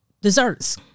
Desserts